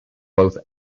both